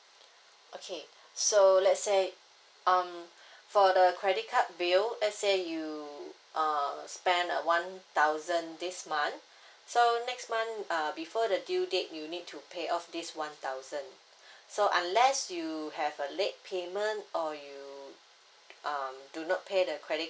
okay so let's say um for the credit card bill let say you err spend err one thousand this month so next month err before the due date you need to pay off this one thousand so unless you have a late payment or you um do not pay the credit